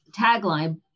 tagline